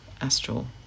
astral